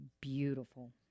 beautiful